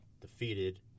defeated